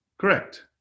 Correct